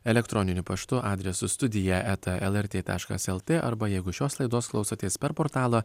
elektroniniu paštu adresu studija eta lrt taškas lt arba jeigu šios laidos klausotės per portalą